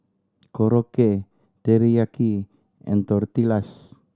Korokke Teriyaki and Tortillas